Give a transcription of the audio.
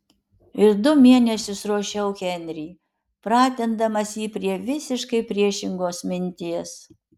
ir du mėnesius ruošiau henrį pratindamas jį prie visiškai priešingos minties